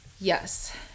Yes